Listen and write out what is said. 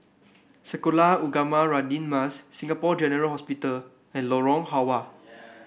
Sekolah Ugama Radin Mas Singapore General Hospital and Lorong Halwa